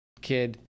kid